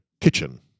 kitchen